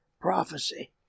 prophecy